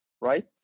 right